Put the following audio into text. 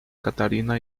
catarina